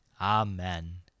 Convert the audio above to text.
Amen